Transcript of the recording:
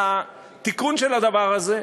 התיקון של הדבר הזה,